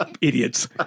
Idiots